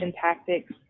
tactics